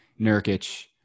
Nurkic